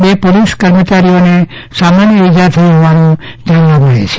બે પોલીસ કર્મચારીઓને સામાન્ય ઈજા થઈ હોવાનું જાણવા મળે છે